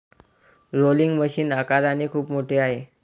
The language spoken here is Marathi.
रोलिंग मशीन आकाराने खूप मोठे आहे